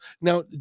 Now